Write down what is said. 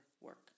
work